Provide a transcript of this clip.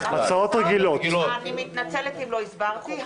אלה הצעות רגילות, אני מתנצלת אם לא הסברתי.